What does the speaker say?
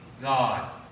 God